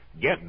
Get